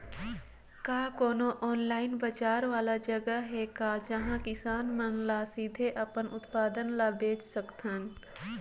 का कोनो ऑनलाइन बाजार वाला जगह हे का जहां किसान मन ल सीधे अपन उत्पाद ल बेच सकथन?